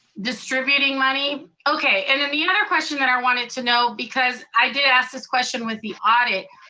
distributing money, okay. and then the other question that i wanted to know, because i did ask this question with the audit.